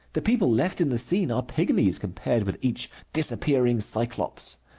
the people left in the scene are pygmies compared with each disappearing cyclops.